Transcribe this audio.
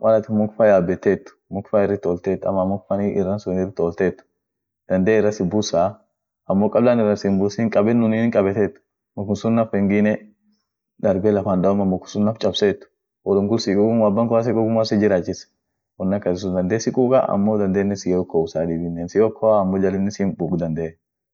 brazilin kabila birit wol kas jira bere sun kabila dib sedi shatam wol kas jir afan ishin dubetine afanii Portugisit muziki lila doti busanova yedeni iyo samba iyo foro yeden dumii inama ishiane inama lila inama feduu inama lila heshima kabu dumii sagale ishiane sagale birii nyat iyo kaa dugatia kontrinya yedeni konshisias yedeni bragidels yedeni pawadeg gijwane hiyedeni